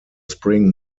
spring